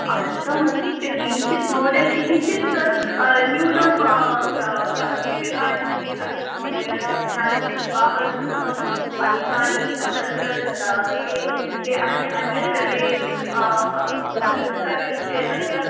अधिकम् अस्ति चेत् किञ्चित् महोदय किञ्चित् न्यूनं रूप्यकाणि स्वीकरोतु महोदय इदानीन्तु विवाहः कृतः अधिकानि तत्र ते ते अन्य अन्य सर्वे सर्वविषये तत्र